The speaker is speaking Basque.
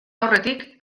aurretik